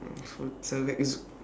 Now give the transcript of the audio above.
so it's